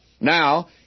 Now